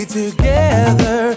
together